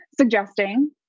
suggesting